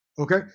okay